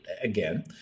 again